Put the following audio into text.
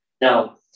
now